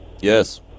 Yes